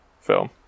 film